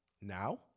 Now